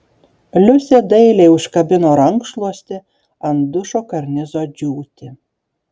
liusė dailiai užkabino rankšluostį ant dušo karnizo džiūti